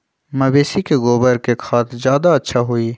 मवेसी के गोबर के खाद ज्यादा अच्छा होई?